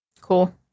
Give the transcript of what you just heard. Cool